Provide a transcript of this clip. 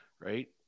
right